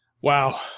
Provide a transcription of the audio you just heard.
Wow